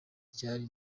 ryari